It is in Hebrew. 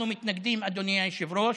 אנחנו מתנגדים, אדוני היושב-ראש,